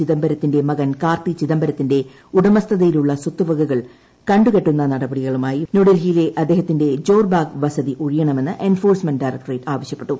ചിദംബരത്തിന്റെ മകൻ കാർത്തി ചിദംബരത്തിന്റെ ഉടമസ്ഥതയിലുള്ള സ്വത്തുവകകൾ കണ്ടുകെട്ടുന്ന നടപടിയുടെ ഭാഗമായി ന്യൂഡൽഹിയിലെ അദ്ദേഹത്തിന്റെ ജോർ ബാഗ് വസതി ഒഴിയണമെന്ന് എൻഫോഴ്സ്മെന്റ് ഡയറക്ടറേറ്റ് ആവശ്യപ്പെട്ടു